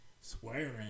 swearing